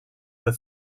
her